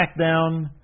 SmackDown